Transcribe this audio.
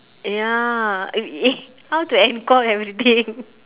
ya eh how to end call everything